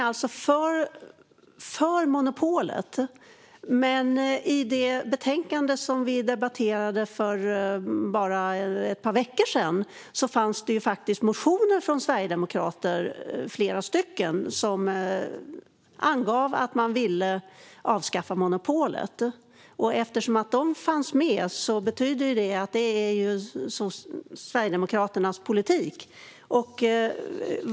Fru talman! Sverigedemokraterna är alltså för monopolet, men i det betänkande som vi debatterade för bara ett par veckor sedan fanns motioner från flera sverigedemokrater som angav att man ville avskaffa monopolet. Eftersom de fanns med betyder det att detta är Sverigedemokraternas politik.